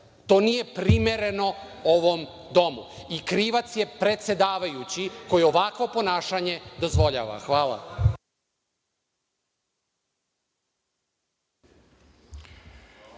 To nije primereno ovom Domu i krivac je predsedavajući koji ovakvo ponašanje dozvoljava. Hvala.